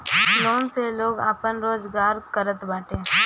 loan से लोग आपन रोजगार करत बाटे